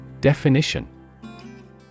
Definition